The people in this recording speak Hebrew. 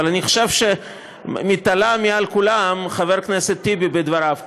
אבל אני חושב שהתעלה מעל כולם חבר הכנסת טיבי בדבריו כאן.